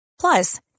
Plus